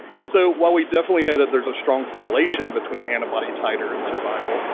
and so, while we definitely know that there's a strong correlation between antibody titer and survival,